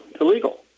illegal